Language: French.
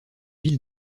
ville